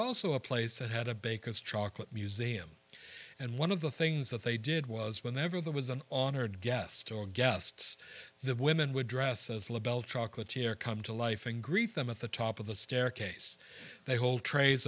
also a place that had a baker's chocolate museum and one of the things that they did was whenever there was an honored guest or guests the women would dress as labelle chocolatey or come to life and greet them at the top of the staircase they hold trays